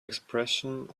expression